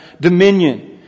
dominion